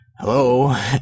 hello